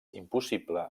impossible